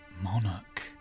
monarch